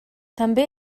també